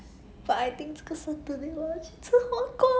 but I think 这个是 today lunch 吃火锅